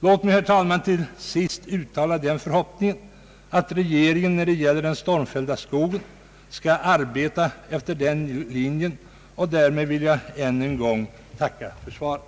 Låt mig till sist, herr talman, uttala den förhoppningen att regeringen när det gäller den stormfällda skogen skall arbeta efter den linjen. Därmed vill jag än en gång tacka för svaret.